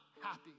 happy